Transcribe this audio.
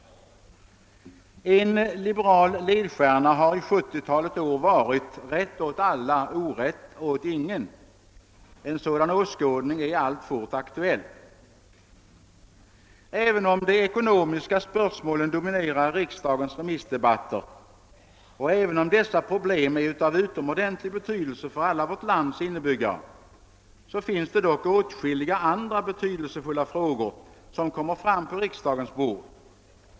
En liberal ledstjärna har under ett sjuttiotal år varit »rätt åt alla — orätt åt ingen«. En sådan åskådning är alltfort aktuell. Även om de ekonomiska spörsmålen dominerar riksdagens remissdebatter och även om dessa problem är av utomordentlig betydelse för alla vårt lands innebyggare, finns det dock åtskilliga andra betydelsefulla frågor som läggs på riksdagens bord.